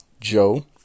Joe